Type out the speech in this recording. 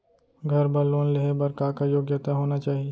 घर बर लोन लेहे बर का का योग्यता होना चाही?